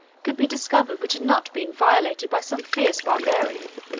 could be discovered which had not been violated by some fierce barbarian,